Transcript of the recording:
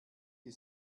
die